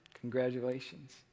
congratulations